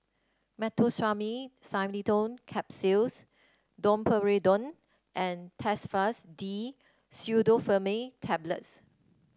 Meteospasmyl Simeticone Capsules Domperidone and Telfast D Pseudoephrine Tablets